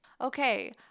Okay